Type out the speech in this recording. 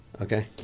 Okay